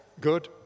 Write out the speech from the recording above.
Good